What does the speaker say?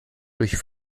durch